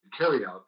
carryout